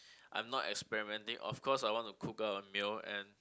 I'm not experimenting of course I want to cook her a meal and